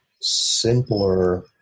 simpler